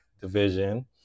division